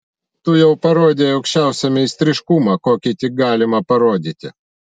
tu jau parodei aukščiausią meistriškumą kokį tik galima parodyti